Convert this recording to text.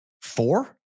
four